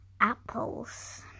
apples